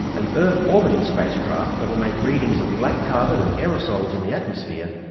an earth-orbiting spacecraft that'll make readings of black carbon and aerosols in the atmosphere,